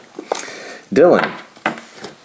Dylan